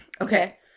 okay